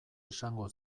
esango